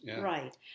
Right